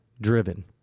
driven